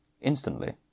Instantly